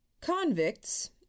Convicts